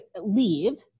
leave